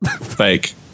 Fake